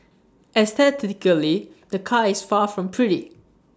aesthetically the car is far from pretty